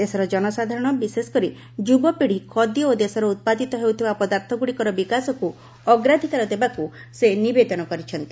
ଦେଶର ଜନସାଧାରଣ ବିଶେଷକରି ଯୁବପିଢ଼ି ଖଦୀ ଓ ଦେଶରେ ଉତ୍ପାଦିତ ହେଉଥିବା ପଦାର୍ଥଗୁଡ଼ିକର ବିକାଶକୁ ଅଗ୍ରାଧିକାର ଦେବାକୁ ସେ ନିବେଦନ କରିଛନ୍ତି